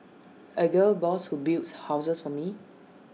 A gal boss who builds houses for me